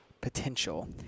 potential